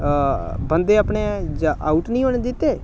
बंदे अपने जा आउट निं होन दित्ते